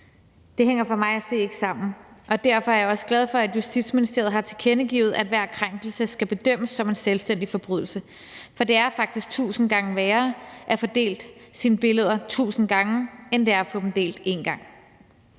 Det hænger for mig at se ikke sammen, og derfor er jeg også glad for, at Justitsministeriet har tilkendegivet, at hver krænkelse skal dømmes som en selvstændig forbrydelse. For det er faktisk tusind gange værre at få delt sine billeder tusind gange, end det er at få dem delt én gang.